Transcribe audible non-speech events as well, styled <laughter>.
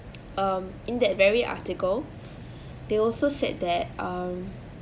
<noise> um in that very article they also said that um